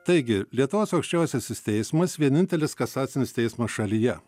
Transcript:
taigi lietuvos aukščiausiasis teismas vienintelis kasacinis teismas šalyje